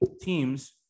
teams